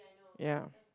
ya